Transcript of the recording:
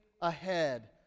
ahead